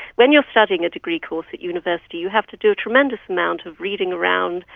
when you are studying a degree course at university you have to do a tremendous amount of reading around,